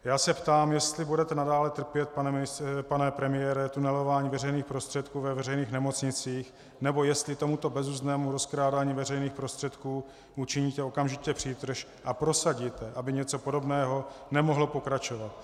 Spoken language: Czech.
Já se ptám, jestli budete nadále trpět, pane premiére, tunelování veřejných prostředků ve veřejných nemocnicích, nebo jestli tomuto bezuzdnému rozkrádání veřejných prostředků učiníte okamžitě přítrž a prosadíte, aby něco podobného nemohlo pokračovat.